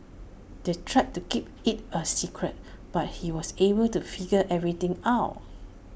they tried to keep IT A secret but he was able to figure everything out